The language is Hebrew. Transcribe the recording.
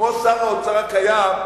כמו שר האוצר הקיים,